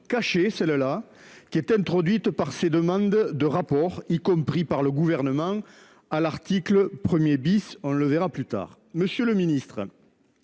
cachée celle-là -introduite par ces demandes de rapport, y compris par le Gouvernement à l'article 1 , comme on le verra plus tard. Monsieur le ministre,